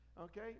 Okay